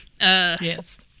Yes